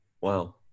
Wow